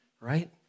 right